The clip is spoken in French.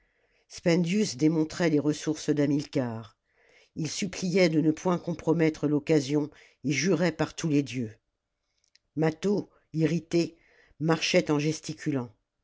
spendius démontrait les ressources d'hamilcar il suppliait de ne point compromettre l'occasion et jurait par tous les dieux mâtho irrité marchait en gesticulant